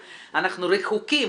אנחנו רחוקים,